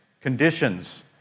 conditions